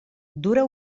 dura